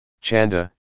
Chanda